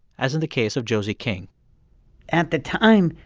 as in the case of josie king at the time,